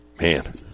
man